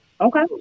okay